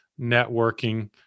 networking